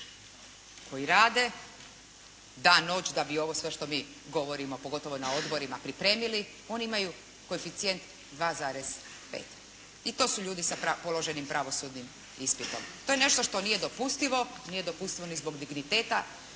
koji rade dan-noć da bi ovo sve što mi govorimo, pogotovo na odborima pripremili, oni imaju koeficijent 2,5. I to su ljudi s položenim pravosudnim ispitom. To je nešto što nije dopustivo. Nije dopustivo ni zbog digniteta